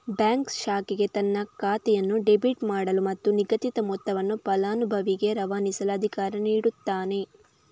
bank ಶಾಖೆಗೆ ತನ್ನ ಖಾತೆಯನ್ನು ಡೆಬಿಟ್ ಮಾಡಲು ಮತ್ತು ನಿಗದಿತ ಮೊತ್ತವನ್ನು ಫಲಾನುಭವಿಗೆ ರವಾನಿಸಲು ಅಧಿಕಾರ ನೀಡುತ್ತಾನೆ